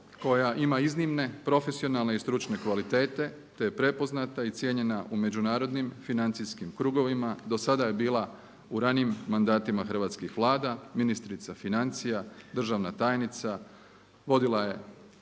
koja ima iznimne profesionalne i stručne kvalitete, te je prepoznata i cijenjena u međunarodnim financijskim krugovima. Do sada je bila u ranijim mandatima hrvatskih vlada, ministrica financija, državna tajnica, vodila je